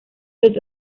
los